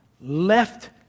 left